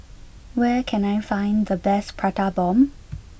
where can I find the best Prata Bomb